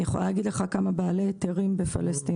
אני יכולה להגיד לך כמה בעלי היתרים לפלסטינאים,